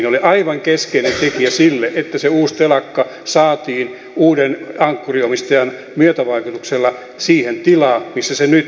ne olivat aivan keskeinen tekijä sille että uusi telakka saatiin uuden ankkuriomistajan myötävaikutuksella siihen tilaan missä se nyt on